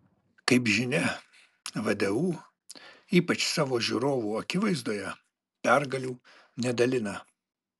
kaip žinia vdu ypač savo žiūrovų akivaizdoje pergalių nedalina